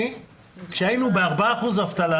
כשהיינו ב-4% אבטלה